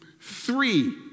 three